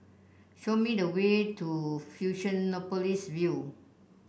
show me the way to Fusionopolis View